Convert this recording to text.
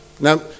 now